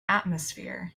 atmosphere